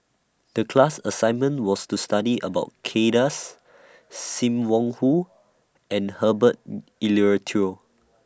The class assignment was to study about Kay Das SIM Wong Hoo and Herbert Eleuterio